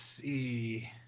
see